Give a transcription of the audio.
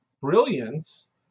brilliance